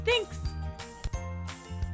Thanks